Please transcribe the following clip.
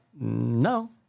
No